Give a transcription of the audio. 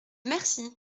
merci